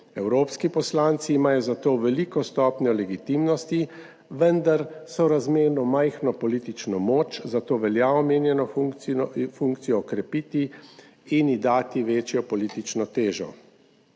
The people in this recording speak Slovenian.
Evropski poslanci imajo zato veliko stopnjo legitimnosti, vendar sorazmerno majhno politično moč, zato velja omenjeno funkcijo okrepiti in ji dati večjo politično težo.